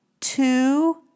two